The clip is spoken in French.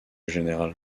général